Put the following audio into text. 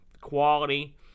quality